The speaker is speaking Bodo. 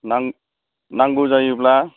नां नांगौ जायोब्ला